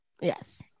Yes